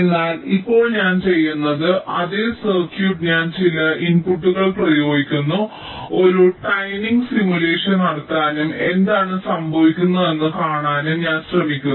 എന്നാൽ ഇപ്പോൾ ഞാൻ ചെയ്യുന്നത് അതേ സർക്യൂട്ട് ഞാൻ ചില ഇൻപുട്ടുകൾ പ്രയോഗിക്കുന്നു ഒരു ടൈമിംഗ് സിമുലേഷൻ നടത്താനും എന്താണ് സംഭവിക്കുന്നതെന്ന് കാണാനും ഞാൻ ശ്രമിക്കുന്നു